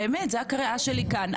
זאת הקריאה שלי כאן,